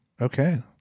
okay